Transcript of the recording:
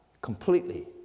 completely